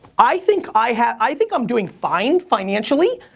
i think i have, i think i'm doing fine financially.